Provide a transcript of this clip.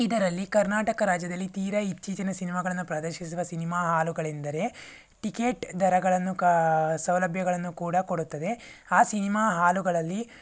ಇದರಲ್ಲಿ ಕರ್ನಾಟಕ ರಾಜ್ಯದಲ್ಲಿ ತೀರ ಇತ್ತೀಚಿನ ಸಿನಿಮಾಗಳನ್ನು ಪ್ರದರ್ಶಿಸಿದ ಸಿನಿಮಾ ಹಾಲುಗಳೆಂದರೆ ಟಿಕೆಟ್ ದರಗಳನ್ನು ಕ ಸೌಲಭ್ಯಗಳನ್ನು ಕೂಡ ಕೊಡುತ್ತದೆ ಆ ಸಿನಿಮಾ ಹಾಲುಗಳಲ್ಲಿ